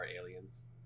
aliens